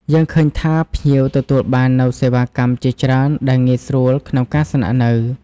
យើងឃើញថាភ្ញៀវអាចទទួលបាននូវសេវាកម្មជាច្រើនដែលងាយស្រួលក្នុងការស្នាក់នៅ។